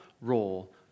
role